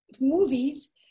movies